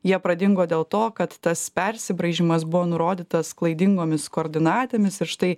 jie pradingo dėl to kad tas persibraižymas buvo nurodytas klaidingomis koordinatėmis ir štai